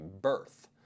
birth